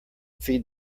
feed